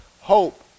hope